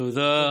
תודה.